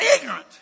ignorant